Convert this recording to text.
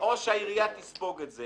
או שהעירייה תספוג את זה